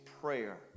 prayer